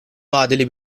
vadeli